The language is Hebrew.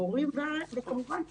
הורים וכמובן המורים.